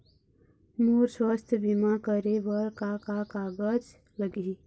मोर स्वस्थ बीमा करे बर का का कागज लगही?